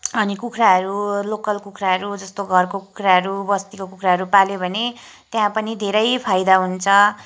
अनि कुखुराहरू लोकल कुखुराहरू जस्तो घरको कुखुराहरू बस्तीको कुखुराहरू पाल्यो भने त्यहाँ पनि धेरै फाइदा हुन्छ